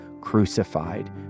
crucified